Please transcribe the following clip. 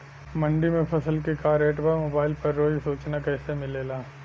मंडी में फसल के का रेट बा मोबाइल पर रोज सूचना कैसे मिलेला?